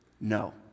No